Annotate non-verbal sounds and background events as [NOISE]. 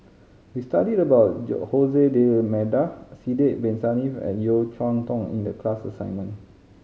we studied about [UNINTELLIGIBLE] D'Almeida Sidek Bin Saniff and Yeo Cheow Tong in the class assignment